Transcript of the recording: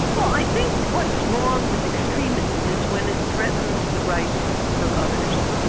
well i think what's wrong with extremism is when it threatens the rights of others.